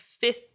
fifth